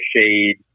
shade